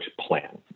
plan